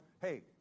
hey